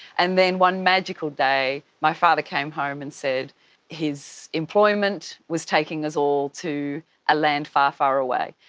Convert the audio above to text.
and then one magical day my father came home and said his employment was taking us all to a land far, far away.